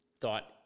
thought